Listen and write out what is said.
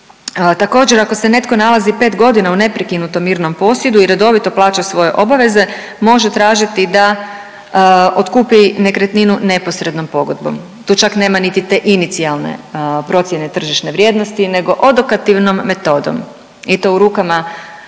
Također, ako se netko nalazi 5 godina u neprekinutom mirnom posjedu i redovito plaća svoje obaveze može tražiti da otkupi nekretninu neposrednom pogodbom. Tu čak nema niti te inicijalne procjene tržišne vrijednosti nego odokativnom metodom i to u rukama